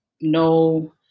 no